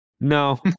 No